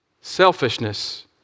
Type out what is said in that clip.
Selfishness